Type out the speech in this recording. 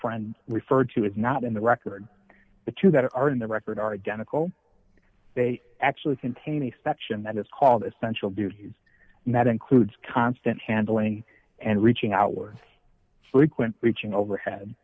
friend referred to is not in the record the two that are in the record are identical they actually contain a section that is called essential duties and that includes constant handling and reaching outward frequent reaching overhead